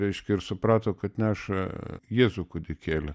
reiškia ir suprato kad neša jėzų kūdikėlį